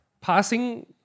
passing